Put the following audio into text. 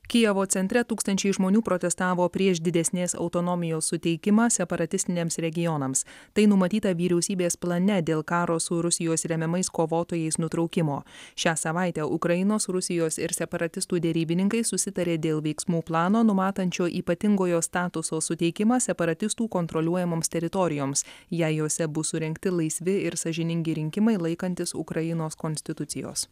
kijevo centre tūkstančiai žmonių protestavo prieš didesnės autonomijos suteikimą separatistiniams regionams tai numatyta vyriausybės plane dėl karo su rusijos remiamais kovotojais nutraukimo šią savaitę ukrainos rusijos ir separatistų derybininkai susitarė dėl veiksmų plano numatančio ypatingojo statuso suteikimą separatistų kontroliuojamoms teritorijoms jei jose bus surengti laisvi ir sąžiningi rinkimai laikantis ukrainos konstitucijos